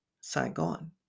Saigon